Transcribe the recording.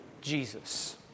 Jesus